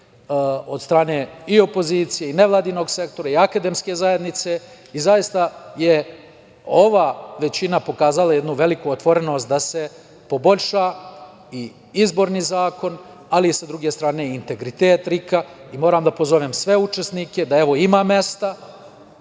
od strane i opozicije, i nevladinog sektora, i akademske zajednice i zaista je ova većina pokazala jednu veliku otvorenost da se poboljša i izborni zakon, ali i sa druge strane integritet RIK-a. Moram da pozovem sve učesnike da, evo ima mesta